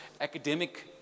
academic